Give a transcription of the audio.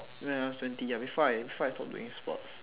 when I was twenty ya before I before I stopped doing sports